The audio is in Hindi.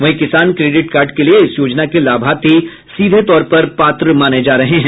वहीं किसान क्रेडिट कार्ड के लिये इस योजना के लाभार्थी सीधे तौर पर पात्र माने जा रहे हैं